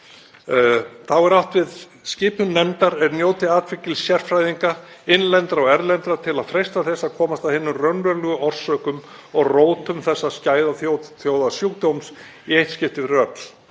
Þá er átt við skipun nefndar er njóti atfylgis sérfræðinga, innlendra og erlendra, til að freista þess að komast að hinum raunverulegu orsökum og rótum þessa skæða þjóðarsjúkdóms í eitt skipti fyrir öll.